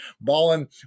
balling